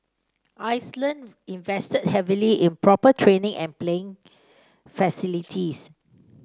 Iceland invested heavily in proper training and playing facilities